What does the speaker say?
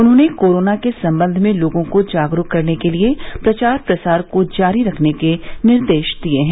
उन्होंने कोरोना के सम्बंध में लोगों को जागरूक करने के लिए प्रचार प्रसार को जारी रखने के निर्देश दिए हैं